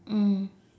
mm